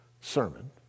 sermon